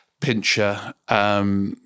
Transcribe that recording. Pincher